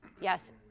yes